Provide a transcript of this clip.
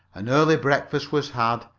an early breakfast was had,